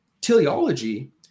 teleology